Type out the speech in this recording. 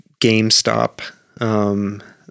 GameStop